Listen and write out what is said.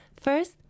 First